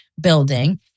building